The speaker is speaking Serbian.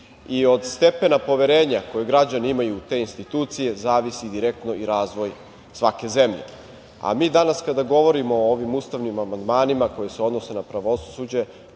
Od stepena poverenja koji građani imaju u te institucije zavisi direktno i razvoj svake zemlje. Mi danas kada govorimo o ovim ustavnim amandmanima koji se odnose na pravosuđe